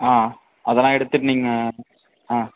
ஆ அதெல்லாம் எடுத்துட்டு நீங்கள் ஆ